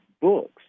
books